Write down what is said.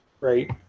Right